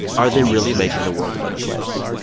are they really making the world a better place?